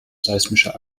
seismischer